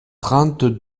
trente